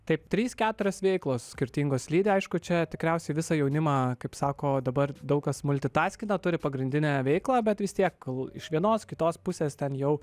taip trys keturios veiklos skirtingos lydi aišku čia tikriausiai visą jaunimą kaip sako dabar daug kas multitaskina turi pagrindinę veiklą bet vis tiek gal iš vienos kitos pusės ten jau